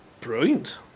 Brilliant